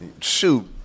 Shoot